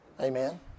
Amen